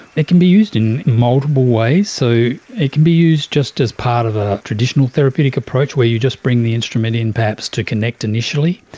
it can be used in multiple ways. so it can be used just as part of a traditional therapeutic approach where you just bring the instrument in perhaps to connect initially.